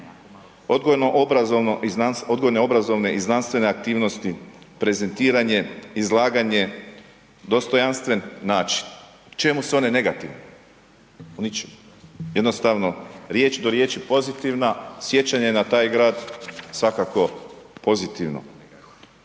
„odgojne, obrazovne i znanstvene aktivnosti“, „prezentiranje“, „izlaganje“, „dostojanstven način“, u čemu su one negativne? U ničemu. Jednostavno riječ do riječi pozitivna, sjećanje na taj grad svakako pozitivno.